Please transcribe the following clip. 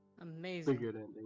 Amazing